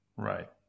Right